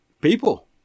people